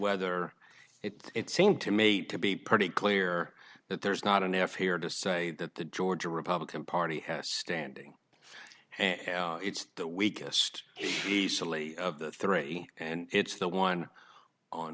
whether it seem to mate to be pretty clear that there's not an effort here to say that the georgia republican party has standing and it's the weakest easily of the three and it's the one on